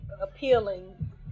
appealing